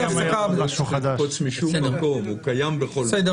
להעלות שוב את נדב ותהיה לנו כבר תשובה?